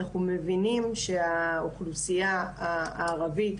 אנחנו מבינים שהאוכלוסייה הערבית,